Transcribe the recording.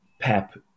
Pep